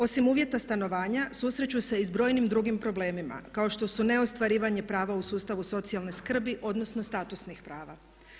Osim uvjeta stanovanja susreću se i s brojnim drugim problemima kao što su neostvarivanje prava u sustavu socijalne skrbi odnosno statusnih prava.